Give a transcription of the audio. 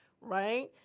right